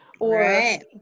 Right